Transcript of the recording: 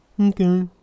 Okay